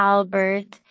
Albert